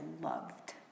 loved